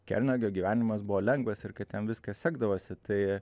kernagio gyvenimas buvo lengvas ir kad jam viskas sekdavosi tai